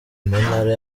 ntara